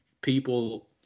people